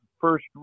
first